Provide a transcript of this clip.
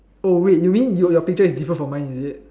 oh wait you mean you your picture is different from mine is it